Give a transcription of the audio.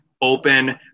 open